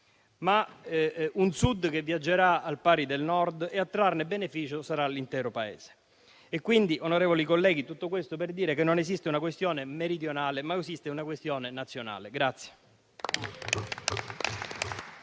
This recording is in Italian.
Il Sud viaggerà al pari del Nord e a trarne beneficio sarà l'intero Paese. Onorevoli colleghi, tutto questo per dire che non esiste una questione meridionale, ma una questione nazionale.